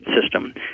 system